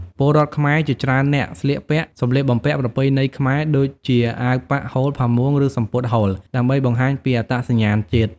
ពលរដ្ឋខ្មែរជាច្រើននាក់ស្លៀកពាក់ សំលៀកបំពាក់ប្រពៃណីខ្មែរដូចជាអាវប៉ាក់ ហូល ផាមួង ឬសំពត់ហូល ដើម្បីបង្ហាញពីអត្តសញ្ញាណជាតិ។